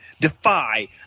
Defy